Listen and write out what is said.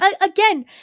again